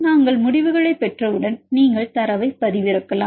நாங்கள் முடிவுகளைப் பெற்றவுடன் நீங்கள் தரவைப் பதிவிறக்கலாம்